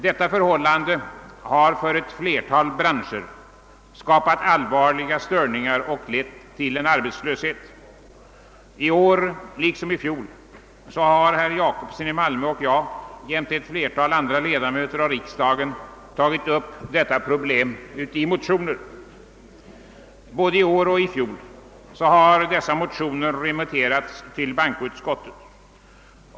Detta förhållande har för ett flertal branscher skapat allvarliga störningar, som lett till arbetslöshet. I år liksom i fjol har herr Gösta Jacobsson och jag jämte ett flertal andra ledamöter i riksdagen i motioner tagit upp detta problem. Såväl i år som i fjol remitterades dessa motioner till bankoutskottet.